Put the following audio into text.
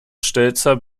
stelzer